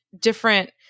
different